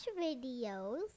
videos